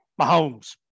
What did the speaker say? Mahomes